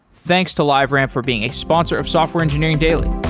thanks to liveramp for being a sponsor of software engineering daily